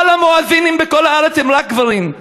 כל המואזינים בכל הארץ הם רק גברים.